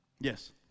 Yes